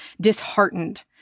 disheartened